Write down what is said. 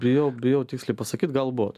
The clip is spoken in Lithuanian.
bijau bijau tiksliai pasakyt galbūt